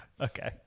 okay